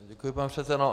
Děkuji, pane předsedo.